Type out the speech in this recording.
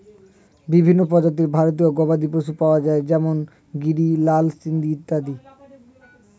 বিভিন্ন প্রজাতির ভারতীয় গবাদি পশু পাওয়া যায় যেমন গিরি, লাল সিন্ধি ইত্যাদি